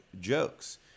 jokes